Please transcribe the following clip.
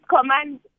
command